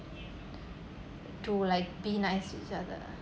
to like be nice to each other